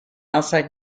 outside